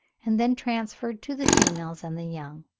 and then transferred to the females and the young.